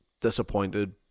disappointed